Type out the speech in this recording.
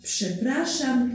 Przepraszam